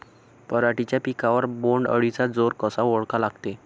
पराटीच्या पिकावर बोण्ड अळीचा जोर कसा ओळखा लागते?